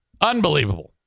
Unbelievable